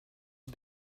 les